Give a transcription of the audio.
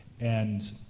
and,